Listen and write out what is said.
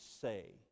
say